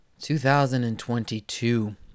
2022